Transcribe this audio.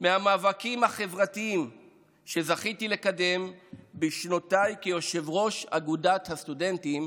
מהמאבקים החברתיים שזכיתי לקדם בשנותיי כיושב-ראש אגודת הסטודנטים